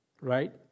Right